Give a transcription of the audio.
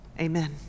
Amen